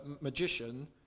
magician